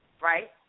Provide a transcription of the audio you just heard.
right